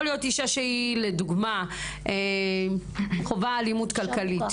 יכול להיות אישה שהיא לדוגמה חווה אלימות כלכלית,